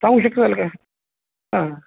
सांगू शकाल काय हा हा